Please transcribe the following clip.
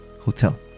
hotel